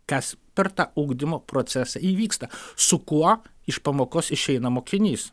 kas per tą ugdymo procesą įvyksta su kuo iš pamokos išeina mokinys